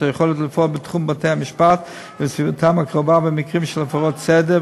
היכולת לפעול בתחום בתי-המשפט ובסביבתם הקרובה במקרים של הפרות סדר,